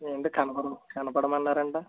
ఏంటి కనపడ కనపడమన్నారు అంట